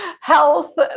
Health